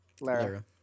Lara